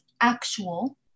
actual